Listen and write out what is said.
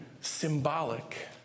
symbolic